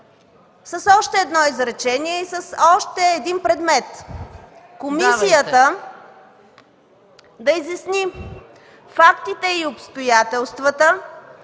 с още едно изречение, с още един предмет: „Комисията да изясни фактите и обстоятелствата,